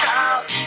out